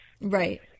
Right